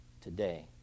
today